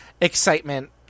excitement